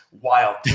wild